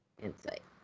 Insight